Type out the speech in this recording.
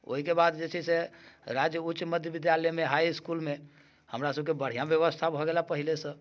ओहिके बाद जे छै से राज्य उच्च महाविद्यालयमे हाइ इस्कुलमे हमरासभके बढ़िआँ व्यवस्था भऽ गेल हे पहिलेसँ